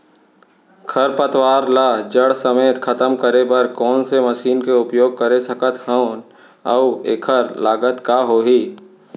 खरपतवार ला जड़ समेत खतम करे बर कोन से मशीन के उपयोग कर सकत हन अऊ एखर लागत का होही?